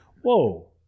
Whoa